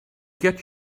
get